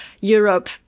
Europe